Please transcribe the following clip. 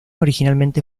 originalmente